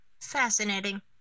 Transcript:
Fascinating